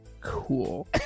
Cool